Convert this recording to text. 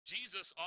Jesus